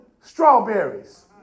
strawberries